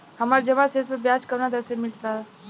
हमार जमा शेष पर ब्याज कवना दर से मिल ता?